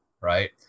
Right